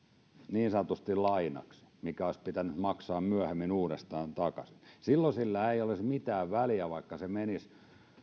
niin sanotusti lainaksi mikä olisi pitänyt maksaa myöhemmin uudestaan takaisin silloin sillä ei olisi mitään väliä vaikka se menisi